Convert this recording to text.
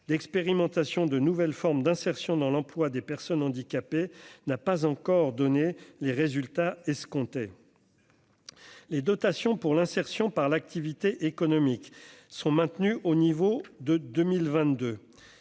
d'expérimentation de nouvelles formes d'insertion dans l'emploi des personnes handicapées, n'a pas encore donné les résultats escomptés, les dotations pour l'insertion par l'activité économique sont maintenus au niveau de 2022,